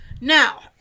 Now